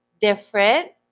different